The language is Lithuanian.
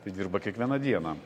tai dirba kiekvieną dieną